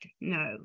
no